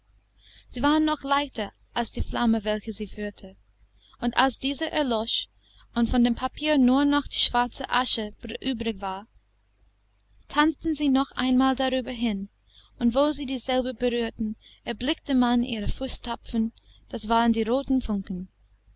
sie waren noch leichter als die flamme welche sie führte und als diese erlosch und von dem papier nur noch die schwarze asche übrig war tanzten sie noch einmal darüber hin und wo sie dieselbe berührten erblickte man ihre fußtapfen das waren die roten funken